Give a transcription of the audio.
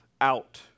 out